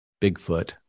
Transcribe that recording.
Bigfoot